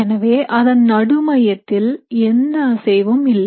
எனவே அதன் நடு மையத்தில் எந்த அசைவும் இல்லை